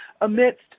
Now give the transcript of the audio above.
amidst